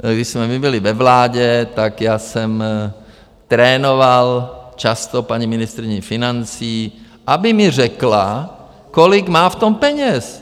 Když jsme my byli ve vládě, tak jsem trénoval často paní ministryni financí, aby mi řekla, kolik má v tom peněz.